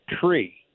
tree